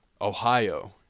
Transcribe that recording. Ohio